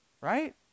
Right